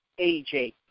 AJ